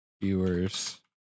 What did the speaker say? viewers